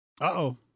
Uh-oh